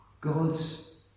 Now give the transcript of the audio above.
God's